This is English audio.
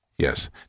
Yes